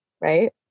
right